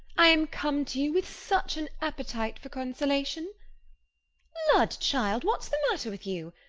i am come to you with such an appetite for consolation lud! child, what's the matter with you?